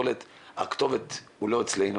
הכתובת היא לא אצלנו